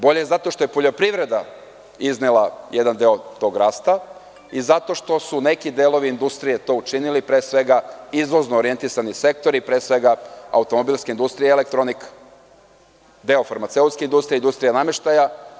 Bolja je zato što je poljoprivreda iznela jedan deo toga rasta i zato što su neki delovi industrije to učinili, pre svega, izvozno orijentisani sektori, pre svega automobilska industrija i elektronika, deo farmaceutske industrije, industrija nameštaja.